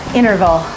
interval